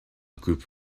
group